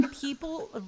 People